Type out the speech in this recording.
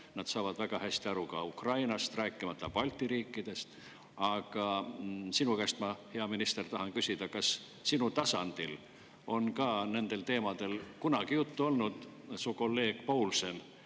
nad saavad väga hästi aru ka Ukrainast, rääkimata Balti riikidest. Aga sinu käest ma, hea minister, tahan küsida: kas sinu tasandil on ka nendel teemadel kunagi juttu olnud? Su kolleeg [Taanist]